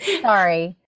Sorry